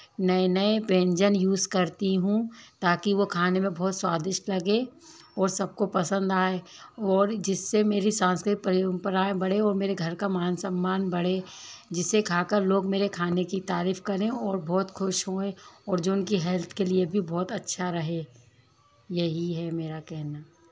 नए नए व्यंजन यूज़ करती हूँ ताकि वो खाने में बहुत स्वादिष्ट लगे और सबको पसंद आए और जिससे मेरी सांस्कृतिक परंपराएं बढ़ें और मेरे घर और मेरे घर का मान सम्मान बढ़ें जिसे खाकर लोग मेरे खाने की तारीफ करें और और बहुत खुश होएं है और जो की हेल्थ के लिए भी बहुत अच्छा रहे यही है मेरा कहना